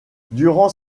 durant